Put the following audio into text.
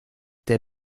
der